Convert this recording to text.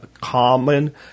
common